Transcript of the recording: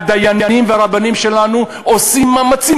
הדיינים והרבנים שלנו עושים מאמצים